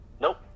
Nope